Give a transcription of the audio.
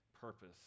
purpose